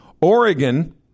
Oregon